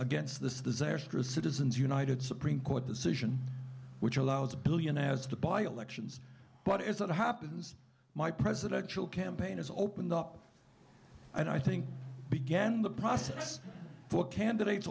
against the disastrous citizens united supreme court decision which allows a billion as to buy elections but it's what happens my presidential campaign has opened up and i think began the process for candidates